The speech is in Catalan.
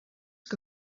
que